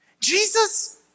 Jesus